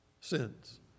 sins